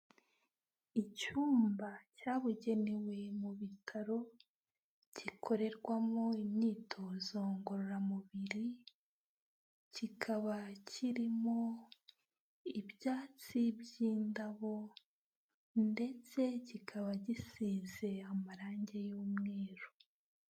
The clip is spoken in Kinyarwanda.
Icyumba cyabugenewe mu bitaro gikorerwamo imyitozo ngororamubiri, kikaba kirimo ibyatsi by'indabo ndetse kikaba gisize amarangi y'umweru.